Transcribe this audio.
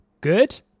good